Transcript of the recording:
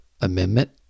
amendment